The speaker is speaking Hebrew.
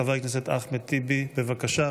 חבר הכנסת אחמד טיבי, בבקשה.